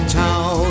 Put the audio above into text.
town